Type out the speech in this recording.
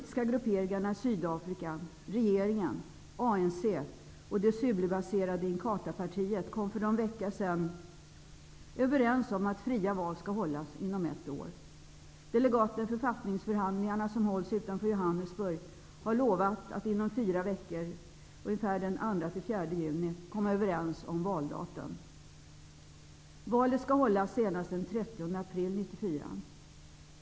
Inkathapartiet -- kom för någon vecka sedan överens om att fria val skall hållas inom ett år. Delegaterna i författningsförhandlingarna, som hålls utanför Johannesburg, har lovat att inom fyra veckor, ungefär den 2--4 juni, komma överens om valdatum. Valet skall hållas senast den 30 april 1994.